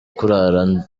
kurara